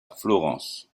florence